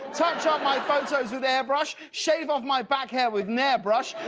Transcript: touch up my photos with airbrush. shave off my back hair with nairbrush.